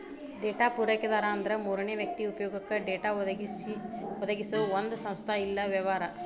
data ಪೂರೈಕೆದಾರ ಅಂದ್ರ ಮೂರನೇ ವ್ಯಕ್ತಿ ಉಪಯೊಗಕ್ಕ ಡೇಟಾ ಒದಗಿಸೊ ಒಂದ್ ಸಂಸ್ಥಾ ಇಲ್ಲಾ ವ್ಯವಹಾರ